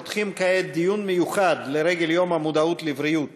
אנחנו פותחים כעת דיון מיוחד לרגל יום המודעות לבריאות